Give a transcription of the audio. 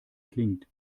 klingt